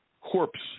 corpse